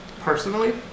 personally